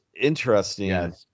interesting